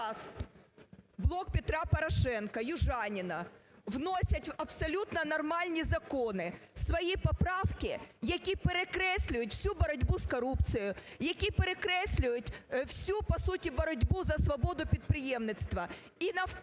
раз "Блок Петра Порошенка", Южаніна вносять в абсолютно нормальні закони свої поправки, які перекреслюють всю боротьбу з корупцією, які перекреслюють всю, по суті, боротьбу за свободу підприємництва